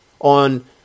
on